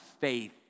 faith